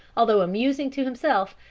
although amusing to himself,